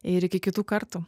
ir iki kitų kartų